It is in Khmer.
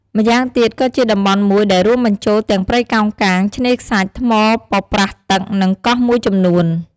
ម្យ៉ាងទៀតក៏ជាតំបន់មួយដែលរួមបញ្ចូលទាំងព្រៃកោងកាង ឆ្នេរខ្សាច់ ថ្មប៉ប្រះទឹក និងកោះមួយចំនួន។